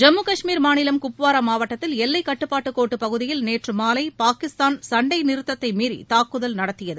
ஜம்மு கஷ்மீர் மாநிலம் குப்வாரா மாவட்டத்தில் எல்லை கட்டுப்பாட்டு கோட்டு பகுதியில் நேற்று மாலை பாகிஸ்தான் சண்டை நிறுத்தத்தை மீறி தாக்குதல் நடத்தியது